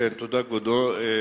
תודה, כבודו.